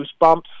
goosebumps